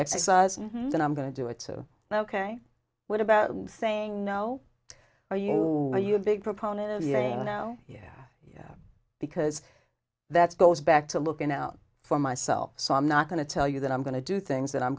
exercise then i'm going to do it so ok what about saying no are you are you a big proponent now yeah yeah because that's goes back to looking out for myself so i'm not going to tell you that i'm going to do things that i'm